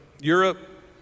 Europe